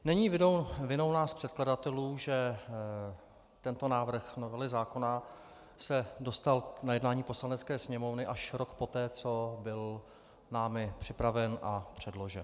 Není vinou nás předkladatelů, že tento návrh novely zákona se dostal na jednání Poslanecké sněmovny až rok poté, co byl námi připraven a předložen.